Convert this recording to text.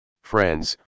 friends